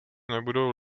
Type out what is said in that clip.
nebudou